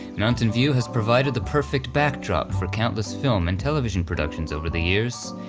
mountain view has provided the perfect backdrop for countless film and television productions over the years,